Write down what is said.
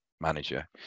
manager